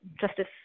justice